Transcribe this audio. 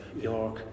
York